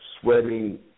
Sweating